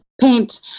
paint